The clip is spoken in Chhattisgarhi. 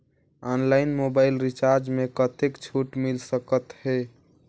ऑनलाइन मोबाइल रिचार्ज मे कतेक छूट मिल सकत हे?